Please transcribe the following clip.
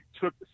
took